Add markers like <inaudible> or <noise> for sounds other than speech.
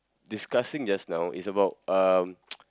discussing just now is about um <noise>